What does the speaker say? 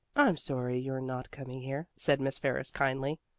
i'm sorry you're not coming here, said miss ferris kindly.